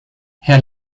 herr